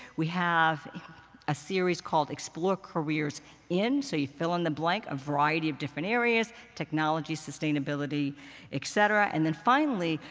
we have a series called explore careers in. so you fill in the blank a variety of different areas technology, sustainability et cetera. and then finally,